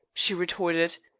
she retorted.